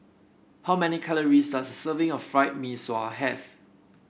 how many calories does a serving of Fried Mee Sua have